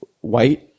white